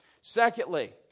Secondly